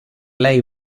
lei